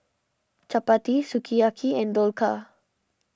Chapati Sukiyaki and Dhokla